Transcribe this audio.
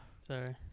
Sorry